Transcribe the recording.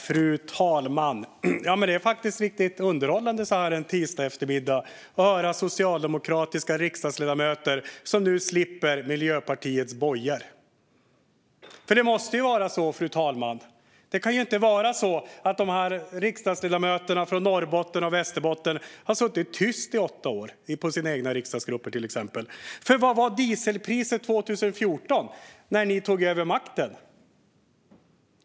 Fru talman! Det är faktiskt riktigt underhållande att så här en tisdagseftermiddag höra socialdemokratiska riksdagsledamöter som nu slipper Miljöpartiets bojor. Det måste vara så, fru talman. Det kan inte vara så att de här riksdagsledamöterna från Norrbotten och Västerbotten har suttit tysta i åtta år, i sina egna riksdagsgrupper, till exempel. Vad var dieselpriset 2014, när ni tog över makten?